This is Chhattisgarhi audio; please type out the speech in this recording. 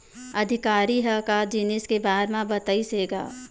अधिकारी ह का जिनिस के बार म बतईस हे गा?